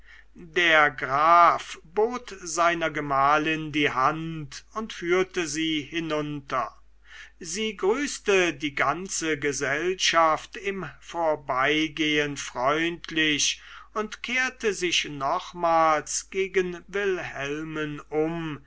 der graf bot seiner gemahlin die hand und führte sie hinunter sie grüßte die ganze gesellschaft im vorbeigehen freundlich und kehrte sich nochmals gegen wilhelmen um